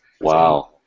Wow